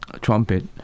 trumpet